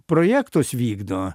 projektus vykdo